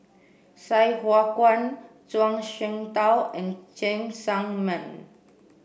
Sai Hua Kuan Zhuang Shengtao and Cheng Tsang Man